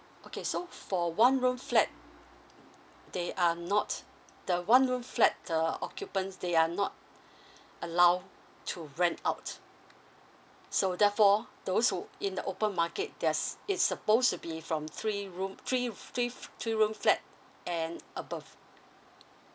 okay so for one room flat they are not the one room flat the occupants they are not allowed to rent out so therefore those who in the open market theirs is supposed to be from three room three three three room flat and above